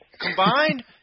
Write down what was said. Combined